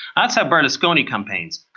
that's how berlusconi campaigns.